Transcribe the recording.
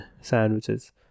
sandwiches